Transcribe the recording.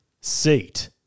seat